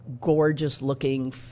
Gorgeous-looking